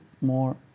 more